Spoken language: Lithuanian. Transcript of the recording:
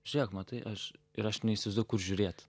žiūrėk matai aš ir aš neįsivaizduoju kur žiūrėt